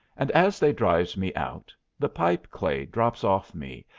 and as they drives me out, the pipe clay drops off me,